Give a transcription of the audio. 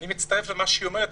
אני מצטרף למה שהיא אומרת.